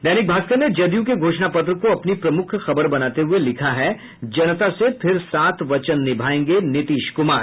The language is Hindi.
दैनिक भास्कर ने जदयू के घोषणा पत्र को अपनी प्रमुख खबर बनाते हुये लिखा है जनता से फिर सात वचन निभायेंगे नीतीश कुमार